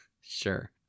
Sure